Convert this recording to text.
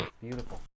Beautiful